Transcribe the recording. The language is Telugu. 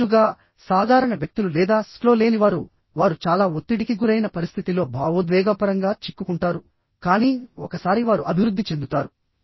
తరచుగా సాధారణ వ్యక్తులు లేదా SQ లో లేని వారు వారు చాలా ఒత్తిడికి గురైన పరిస్థితిలో భావోద్వేగపరంగా చిక్కుకుంటారు కానీ ఒకసారి వారు అభివృద్ధి చెందుతారు